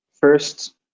first